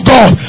God